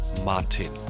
Martin